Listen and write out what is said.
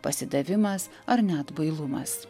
pasidavimas ar net bailumas